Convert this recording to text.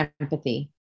empathy